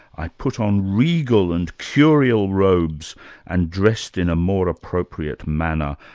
i put on regal and curial robes and dressed in a more appropriate manner,